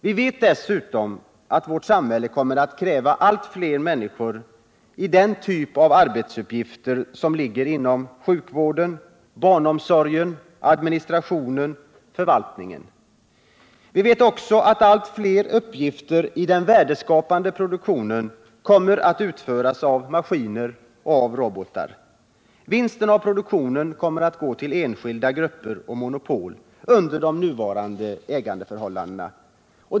Vi vet dessutom att vårt samhälle kommer att kräva allt fler människor i den typ av arbetsuppgifter som ligger inom sjukvården, barnomsorgen, administrationen och förvaltningen. Vi vet också att allt fler uppgifter i den värdeskapande produktionen kommer att utföras av maskiner och robotar och att, under de nuvarande ägarförhållandena, vinsten av produktionen kommer att gå till enskilda grupper och monopol.